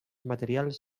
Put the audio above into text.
materials